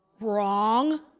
wrong